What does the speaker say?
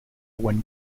when